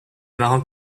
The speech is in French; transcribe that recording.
marins